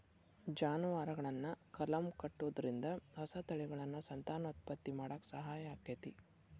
ಜಾನುವಾರುಗಳನ್ನ ಕಲಂ ಕಟ್ಟುದ್ರಿಂದ ಹೊಸ ತಳಿಗಳನ್ನ ಸಂತಾನೋತ್ಪತ್ತಿ ಮಾಡಾಕ ಸಹಾಯ ಆಕ್ಕೆತಿ